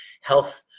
health